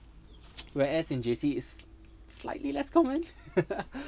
where as in J_C is slightly less common